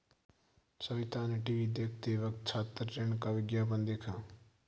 सविता ने टीवी देखते वक्त छात्र ऋण का विज्ञापन देखा